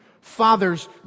Fathers